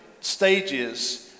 stages